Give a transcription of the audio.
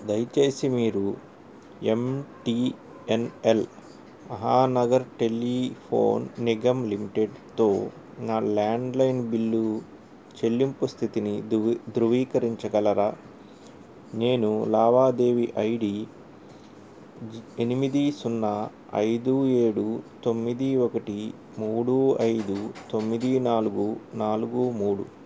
దయచేసి మీరు M T N L Mahanagar telephone Nigam లిమిటెడ్తో నా ల్యాండ్లైన్ బిల్లు చెల్లింపు స్థితిని ధృవీకరించగలరా నేను లావాదేవీ ఐ డీ ఎనిమిది సున్నా ఐదు ఏడు తొమ్మిది ఒకటి మూడు ఐదు తొమ్మిది నాలుగు నాలుగు మూడు